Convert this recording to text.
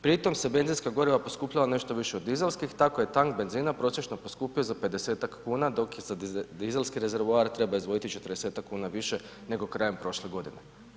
Pri tome su benziska goriva poskupjela nešto više od dizelskih, tako je tank benzina prosječno poskupio za 50-ak kuna dok za dizelski rezervoar treba izdvojiti 40-ak kuna više nego krajem prošle godine.